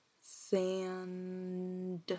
sand